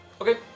Okay